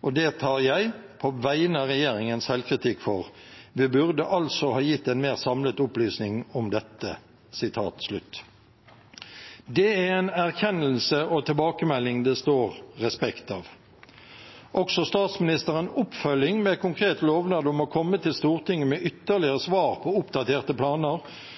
og det tar jeg – på vegne av regjeringen – selvkritikk for. Vi burde altså ha gitt en mer samlet opplysning om dette.» Det er en erkjennelse og tilbakemelding det står respekt av. Også statsministerens oppfølging med konkret lovnad om å komme til Stortinget med ytterligere svar på oppdaterte planer